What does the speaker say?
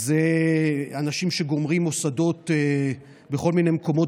יש אנשים שגומרים מוסדות בכל מיני מקומות